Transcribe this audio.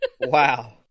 Wow